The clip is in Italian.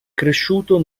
cresciuto